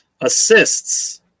Assists